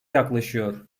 yaklaşıyor